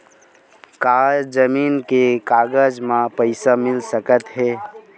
का जमीन के कागज म पईसा मिल सकत हे?